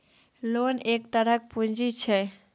loan एक तरहक पुंजी छै